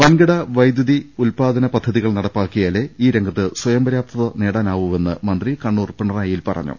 വൻകിട വൈദ്യുതി ഉൽപ്പാ ദന പദ്ധതികൾ നടപ്പാക്കിയാലെ ഈ രംഗത്ത് സ്വയം പര്യാപ്തത നേടാനാകൂവെന്ന് മന്ത്രി കണ്ണൂർ പിണറായിയിൽ പറഞ്ഞു